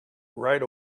right